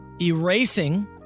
erasing